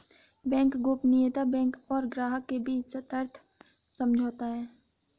bank गोपनीयता bank और ग्राहक के बीच सशर्त समझौता है